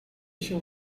się